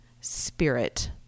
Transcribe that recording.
spirit